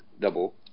double